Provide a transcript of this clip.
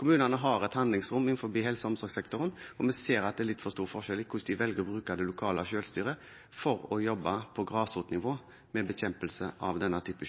Kommunene har et handlingsrom innenfor helse- og omsorgssektoren, og vi ser at det er litt for stor forskjell på hvordan de velger å bruke det lokale selvstyret for å jobbe på grasrotnivå med bekjempelse av denne type